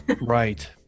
Right